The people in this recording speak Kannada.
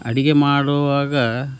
ಅಡುಗೆ ಮಾಡುವಾಗ